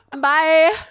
Bye